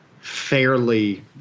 fairly